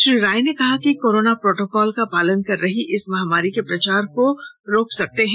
श्री राय ने कहा कि कोरोना प्रोटोकॉल का पालन कर ही इस महामारी के प्रसार को रोक सकते हैं